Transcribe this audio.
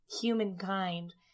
humankind